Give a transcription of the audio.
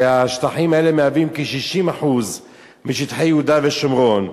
השטחים האלה מהווים כ-60% משטחי יהודה ושומרון.